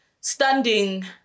standing